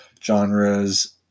genres